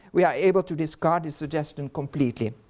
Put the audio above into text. we are able to disregard this suggestion completely.